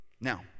Now